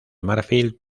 marfil